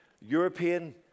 European